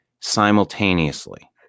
Simultaneously